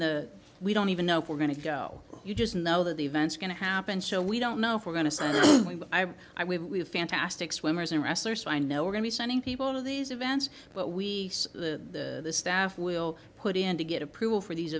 the we don't even know if we're going to go you just know the events going to happen so we don't know if we're going to stand by we have fantastic swimmers in wrestlers i know we're going to be sending people to these events but we the staff will put in to get approval for these